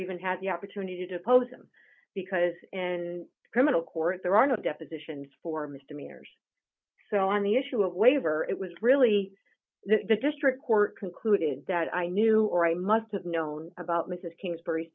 even had the opportunity to post them because in criminal court there are no depositions for misdemeanors so on the issue of waiver it was really the district court concluded that i knew or i must have known about mrs kingsb